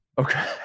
Okay